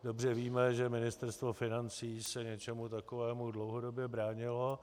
Dobře víme, že ministerstvo financí se něčemu takovému dlouhodobě bránilo.